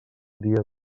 dia